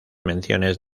menciones